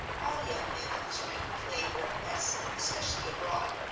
all young men of his rank play more or less, especially abroad.